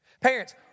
Parents